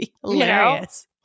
Hilarious